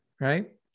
Right